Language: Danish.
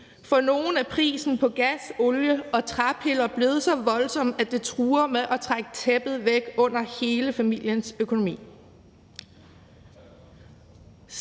For nogle er prisen på gas, olie og træpiller blevet så voldsom, at det truer med at trække tæppet væk under hele familiens økonomi.